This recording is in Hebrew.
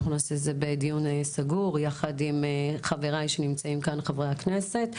אנחנו נעשה את זה בדיון סגור יחד עם חברי הכנסת שנמצאים כאן: